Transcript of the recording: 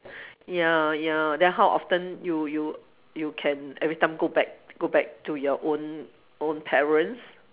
ya ya then how often you you you can every time go back go back to your own own parents